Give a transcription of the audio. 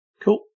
Cool